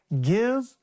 Give